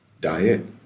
diet